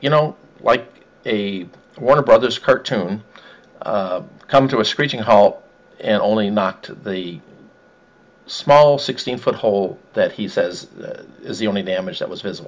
you know like a one brothers cartoon come to a screeching halt and only knocked the small sixteen foot hole that he says is the only damage that was vis